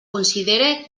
considere